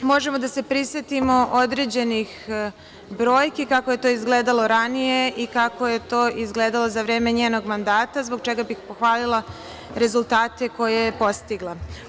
Možemo da se prisetimo određenih brojki, kako je to izgledalo ranije i kako je to izgledalo za vreme njenog mandata, zbog čega bih pohvalila rezultate koje je postigla.